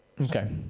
Okay